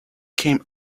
came